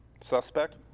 Suspect